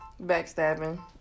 Backstabbing